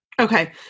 Okay